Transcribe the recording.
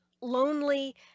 lonely